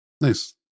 Nice